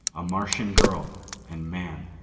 a martian girl and man.